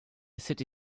city